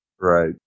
Right